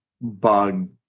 bug